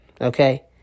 Okay